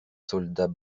soldats